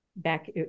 Back